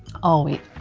oh wait.